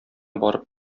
барып